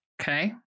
Okay